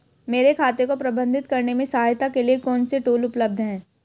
मेरे खाते को प्रबंधित करने में सहायता के लिए कौन से टूल उपलब्ध हैं?